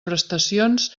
prestacions